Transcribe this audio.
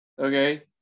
okay